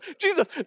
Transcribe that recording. Jesus